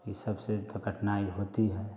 ये सबसे तो कठिनाई होती है